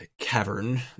cavern